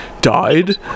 died